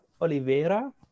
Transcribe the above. Oliveira